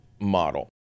model